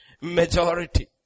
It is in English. majority